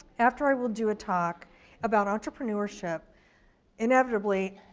after i will do a talk about entrepreneurship inevitably,